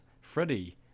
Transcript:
Freddie